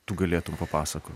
tu galėtum papasakot